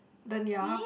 then yeah